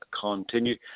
continue